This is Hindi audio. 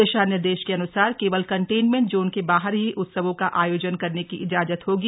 दिशा निर्देशों के अनुसार केवल कंटेनमेंट जोन के बाहर ही उत्सवों का आयोजन करने की इजाजत होगी